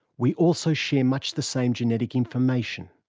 we also share much the same genetic information.